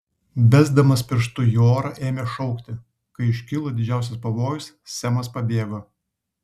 besdamas pirštu į orą ėmė šaukti kai iškilo didžiausias pavojus semas pabėgo